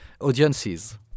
audiences